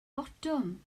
botwm